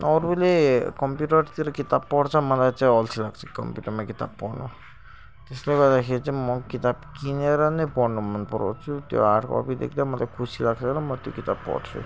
अरूले कम्प्युटरतिर किताब पढ्छ मलाई चाहिँ अल्छी लाग्छ कम्प्युटरमा किताब पढ्नु त्यसले गर्दाखेरि चाहिँ म किताब किनेर नै पढ्नु मन पराउँछु त्यो हार्ड कपी देख्दा मलाई खुसी लाग्छ र म त्यो किताब पढ्छु